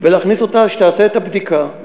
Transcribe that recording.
ולהכניס אותה, שתעשה את הבדיקה.